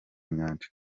nyanja